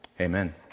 Amen